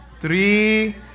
three